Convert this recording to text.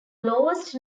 lowest